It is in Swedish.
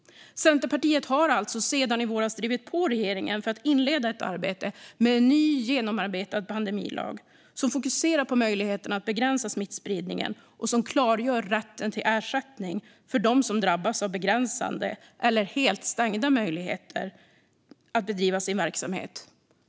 Centerpartiet har alltså sedan i våras drivit på regeringen för att inleda ett arbete med en ny, genomarbetad pandemilag som fokuserar på möjligheterna att begränsa smittspridningen och som klargör rätten till ersättning för dem som drabbas av begränsade eller helt stängda möjligheter att bedriva sin verksamhet.